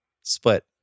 Split